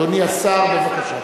אדוני השר, בבקשה.